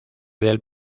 del